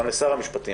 גם לשר המשפטים,